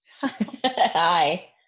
Hi